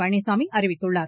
பழனிசாமி அறிவித்துள்ளார்